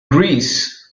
greece